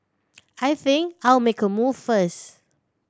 I think I'll make a move first